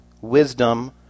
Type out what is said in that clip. wisdom